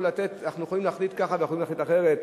אנחנו יכולים להחליט ככה ואנחנו יכולים להחליט אחרת,